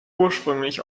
ursprünglich